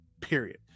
Period